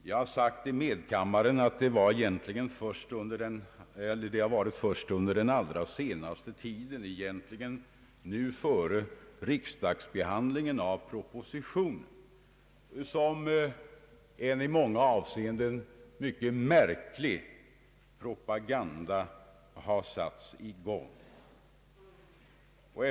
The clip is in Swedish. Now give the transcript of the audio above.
Jag har sagt i medkammaren att det egentligen är först under den allra senaste tiden, just före riksdagsbehandlingen av propositionen, som det har satts i gång en i många avseenden mycket märklig propaganda mot reformen.